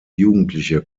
jugendliche